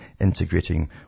integrating